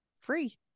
free